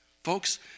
Folks